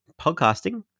podcasting